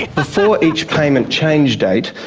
before each payment change date,